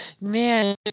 man